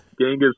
Genghis